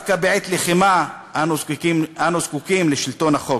דווקא בעת לחימה אנו זקוקים לשלטון החוק.